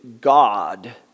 God